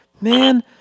man